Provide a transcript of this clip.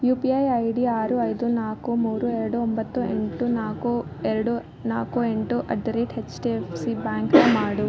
you P I I D ಆರು ಐದು ನಾಲ್ಕು ಮೂರು ಎರಡು ಒಂಬತ್ತು ಎಂಟು ನಾಲ್ಕು ಎರಡು ನಾಲ್ಕು ಎಂಟು at the rate H D F C ಬ್ಯಾಂಕನ್ನ ಮಾಡು